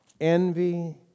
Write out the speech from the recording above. envy